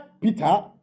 Peter